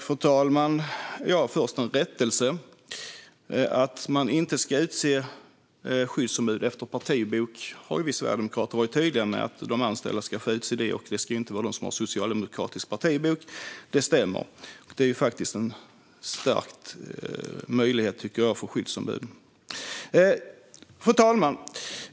Fru talman! Jag har först en rättelse. Vi sverigedemokrater har varit tydliga med att man inte ska utse skyddsombud efter partibok. De anställda ska få utse skyddsombud, och det ska inte vara de som har socialdemokratisk partibok. Det stämmer. Det tycker jag är en stärkt möjlighet för skyddsombuden. Fru talman!